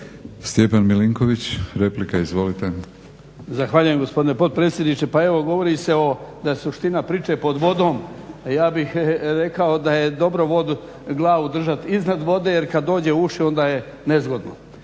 Stjepan Milinković, replika. Izvolite.